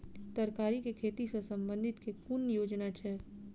तरकारी केँ खेती सऽ संबंधित केँ कुन योजना छैक?